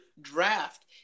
draft